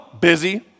Busy